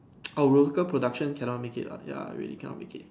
oh local production cannot make it ya ya really can't make it